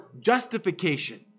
justification